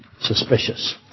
suspicious